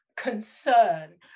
concern